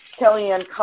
Kellyanne